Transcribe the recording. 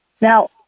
Now